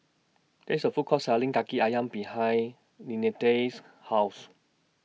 There IS A Food Court Selling Kaki Ayam behind Linette's House